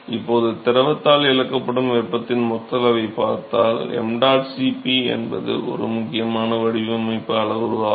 இப்போது திரவத்தால் இழக்கப்படும் வெப்பத்தின் மொத்த அளவைப் பார்த்தால் ṁ Cp என்பது ஒரு முக்கியமான வடிவமைப்பு அளவுரு ஆகும்